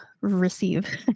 receive